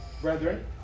brethren